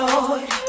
Lord